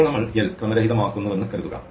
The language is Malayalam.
ഇപ്പോൾ നമ്മൾ l ക്രമരഹിതമാക്കുന്നുവെന്ന് കരുതുക